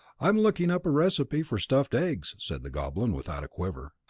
i'm looking up a recipe for stuffed eggs, said the goblin, without a quiver.